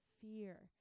fear